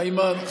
איימן,